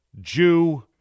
Jew